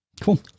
cool